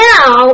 Now